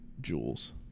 Jules